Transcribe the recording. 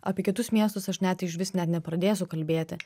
apie kitus miestus aš net išvis net nepradėsiu kalbėti